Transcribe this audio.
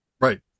Right